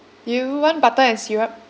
do you want butter and syrup